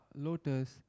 lotus